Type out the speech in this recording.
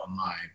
online